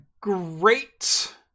great